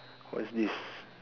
what's this